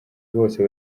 bose